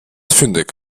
fündig